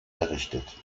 errichtet